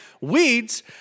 Weeds